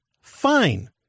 fine